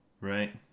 Right